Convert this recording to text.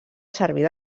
servir